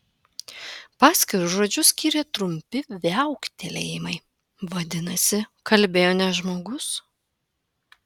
paskirus žodžius skyrė trumpi viauktelėjimai vadinasi kalbėjo ne žmogus